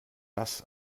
das